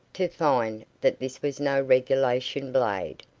to find that this was no regulation blade,